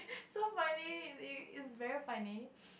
so funny is is is very funny